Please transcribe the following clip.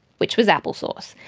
which was apple sauce,